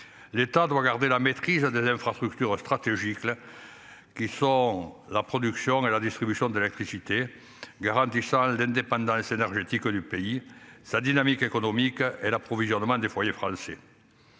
L'État doit garder la maîtrise de l'infrastructure stratégique l'. Qui sont la production et la distribution de l'activité. D'indépendants est-ce énergétique du pays. Sa dynamique économique et l'approvisionnement des foyers français.